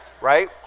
right